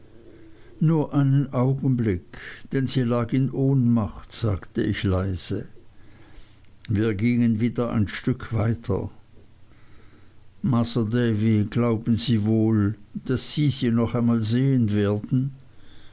nur einen augenblick denn sie lag in ohnmacht sagte ich leise wir gingen wieder schweigend ein stück weiter masr davy glauben sie wohl daß sie sie noch einmal sehen werden